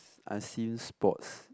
I've seen sports